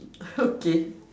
okay